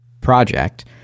project